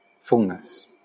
fullness